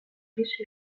riche